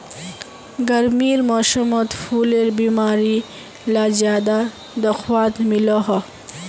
गर्मीर मौसमोत फुलेर बीमारी ला ज्यादा दखवात मिलोह